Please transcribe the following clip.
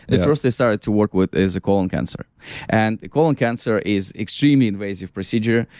and first they started to work with is colon cancer and colon cancer is extremely invasive procedure.